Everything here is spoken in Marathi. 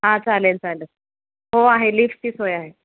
हां चालेल चालेल हो आहे लिफ्टची सोय आहे